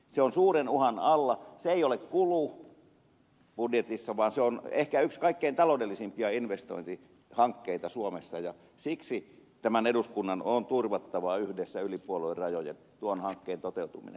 se on suuren uhan alla se ei ole kulu budjetissa vaan on ehkä yksi kaikkein taloudellisimpia investointihankkeita suomessa ja siksi tämän eduskunnan on turvattava yhdessä yli puoluerajojen tuon hankkeen toteutuminen